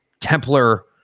Templar